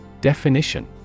Definition